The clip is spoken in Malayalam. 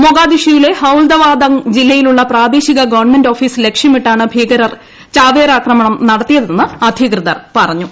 മൊഗാദിഷ്യൂവിലെ ഹൌൽവദാംഗ് ജില്ലയിലുള്ള പ്രാദേശിക് ഗവൺമെന്റ് ഓഫീസ് ലക്ഷ്യമിട്ടാണ് ഭീകരർ ചാവേർ ആക്രമണം നടത്തിയതെന്ന് അധികൃതർ പറഞ്ഞു